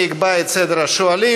אני אקבע את סדר השואלים.